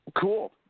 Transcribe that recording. Cool